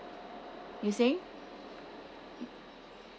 you saying